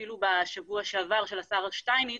אפילו בשבוע שעבר של השר שטייניץ,